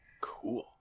Cool